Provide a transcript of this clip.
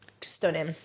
Stunning